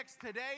today